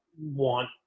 want